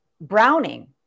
browning